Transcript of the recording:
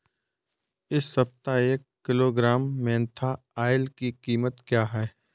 इस सप्ताह एक किलोग्राम मेन्था ऑइल की कीमत क्या है?